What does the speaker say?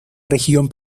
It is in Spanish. región